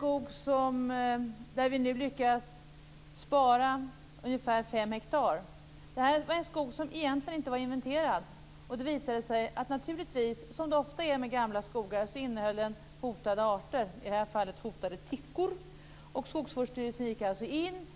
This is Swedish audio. Vi lyckades nu spara ungefär fem hektar. Det här är en skog som egentligen inte är inventerad. Det visade sig naturligtvis att den, som det ofta är med gamla skogar, innehöll hotade arter, i det här fallet tickor. skogsvårdsstyrelsen gick in